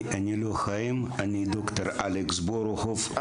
אני לא חיים, אני ד"ר אלכס בורוכוב.